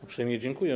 Uprzejmie dziękuję.